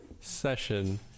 session